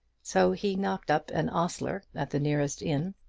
so he knocked up an ostler at the nearest inn,